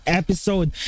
episode